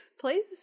please